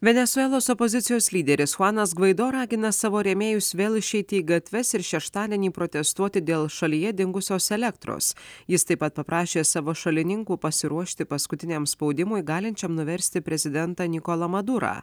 venesuelos opozicijos lyderis chuanas gvaido ragina savo rėmėjus vėl išeiti į gatves ir šeštadienį protestuoti dėl šalyje dingusios elektros jis taip pat paprašė savo šalininkų pasiruošti paskutiniam spaudimui galinčiam nuversti prezidentą nikolą madurą